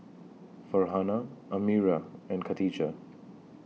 Farhanah Amirah and Katijah